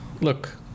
look